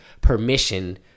permission